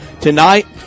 Tonight